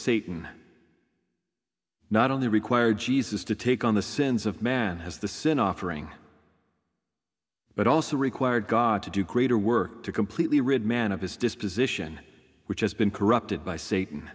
satan not only require jesus to take on the sins of man has the sin offering but also required god to do greater work to completely written man of his disposition which has been corrupted by satan